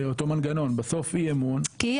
אותו מנגנון בסוף אי אמון -- כי אי